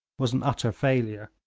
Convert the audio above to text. was an utter failure.